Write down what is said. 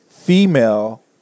Female